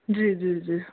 जी जी जी